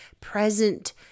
present